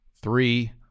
Three